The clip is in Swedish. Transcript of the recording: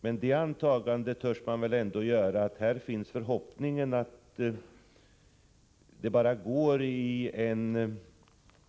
Men det antagandet törs man väl ändå göra att här finns en förhoppning om att utvecklingen går i en